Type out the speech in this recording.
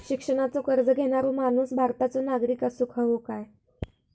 शिक्षणाचो कर्ज घेणारो माणूस भारताचो नागरिक असूक हवो काय?